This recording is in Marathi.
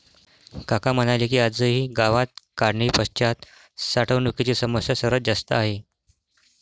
काका म्हणाले की, आजही गावात काढणीपश्चात साठवणुकीची समस्या सर्वात जास्त आहे